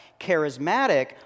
Charismatic